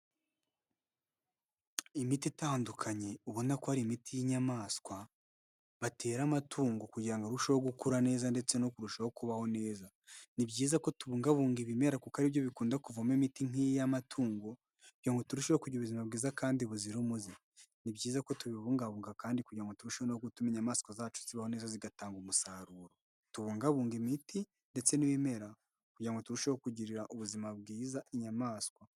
Imiti itandukanye ubona ko ari imiti y'inyamaswa batera amatungo kugira ngo arusheho gukura neza ndetse no kurushaho kubaho neza, ni byiza ko tubungabunga ibimera kuko aribyo bikunda kuvamo imiti nk'iyi y'amatungo kugirango ngo turusheho kugira ubuzima bwiza kandi buzira umuze, ni byiza ko tubibungabunga kandi kugira ngo turusheho no gutuma inyamaswa zacu zibaho neza zigatanga umusaruro, tubungabunge imiti ndetse n'ibimera kugira ngo turusheho kugirira ubuzima bwiza inyamaswa.